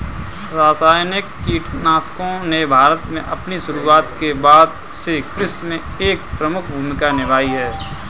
रासायनिक कीटनाशकों ने भारत में अपनी शुरूआत के बाद से कृषि में एक प्रमुख भूमिका निभाई है